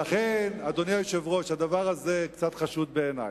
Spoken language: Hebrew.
לכן, אדוני היושב-ראש, הדבר הזה קצת חשוד בעיני.